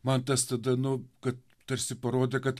man tas tada nu kad tarsi parodė kad